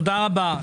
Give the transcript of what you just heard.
תודה רבה.